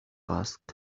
asked